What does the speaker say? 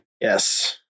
yes